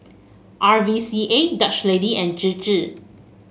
R V C A Dutch Lady and Chir Chir